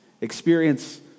experience